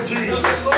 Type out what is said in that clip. Jesus